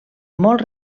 molt